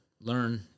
learn